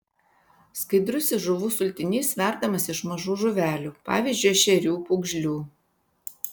skaidrusis žuvų sultinys verdamas iš mažų žuvelių pavyzdžiui ešerių pūgžlių